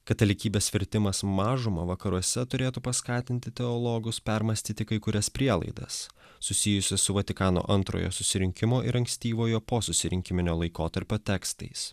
katalikybės virtimas mažuma vakaruose turėtų paskatinti teologus permąstyti kai kurias prielaidas susijusias su vatikano antrojo susirinkimo ir ankstyvojo po susirinkiminio laikotarpio tekstais